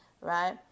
right